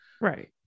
Right